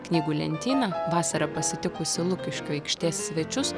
knygų lentyna vasarą pasitikusi lukiškių aikštės svečius